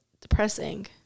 depressing